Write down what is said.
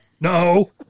no